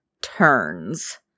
turns